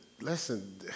listen